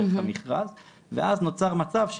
דרך המשרד ואז נוצר מצב,